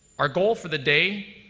our goal for the day